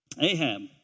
Ahab